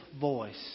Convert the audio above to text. voice